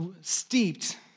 steeped